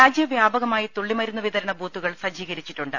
രാജ്യവ്യാപകമായി തുള്ളിമരുന്നുവിതരണ ബൂത്തുകൾ സജ്ജീകരിച്ചിട്ടുണ്ട്